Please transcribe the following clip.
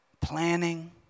planning